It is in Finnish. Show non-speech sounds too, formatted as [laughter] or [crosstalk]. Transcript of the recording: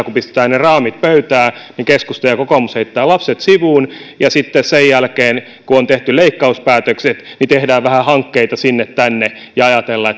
[unintelligible] kun pistetään ne raamit pöytään keskusta ja kokoomus heittävät lapset sivuun ja sitten sen jälkeen kun on tehty leikkauspäätökset tehdään vähän hankkeita sinne tänne ja ajatellaan [unintelligible]